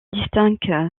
distingue